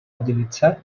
utilitzar